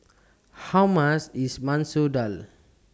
How much IS Masoor Dal